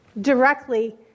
directly